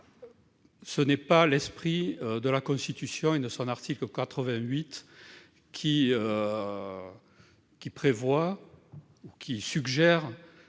tel n'est pas l'esprit de la Constitution et de son article 88-4, qui suggère